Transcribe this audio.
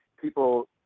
people